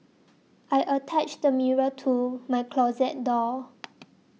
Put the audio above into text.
I attached a mirror to my closet door